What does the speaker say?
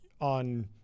on